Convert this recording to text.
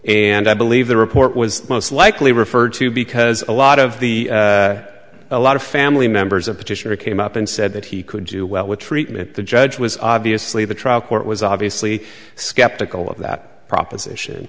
and i believe the report was most likely referred to because a lot of the a lot of family members of petitioner came up and said that he could do well with treatment the judge was obviously the trial court was obviously skeptical of that proposition